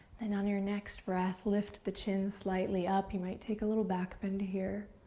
and on your next breath, lift the chin slightly up. you might take a little back bend here.